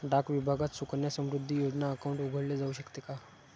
डाक विभागात सुकन्या समृद्धी योजना अकाउंट उघडले जाऊ शकते का?